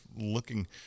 looking